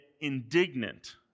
indignant